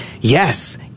yes